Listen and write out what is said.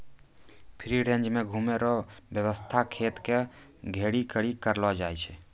free range मे घुमै रो वेवस्था खेत के घेरी करी के करलो जाय छै